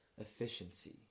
efficiency